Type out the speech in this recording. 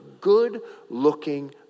good-looking